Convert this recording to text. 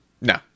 no